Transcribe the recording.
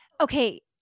okay